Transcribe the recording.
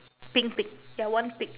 pink pig ya one pig